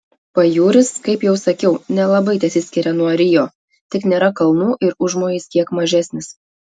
pajūris kaip jau sakiau nelabai tesiskiria nuo rio tik nėra kalnų ir užmojis kiek mažesnis